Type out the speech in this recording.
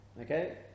Okay